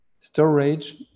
storage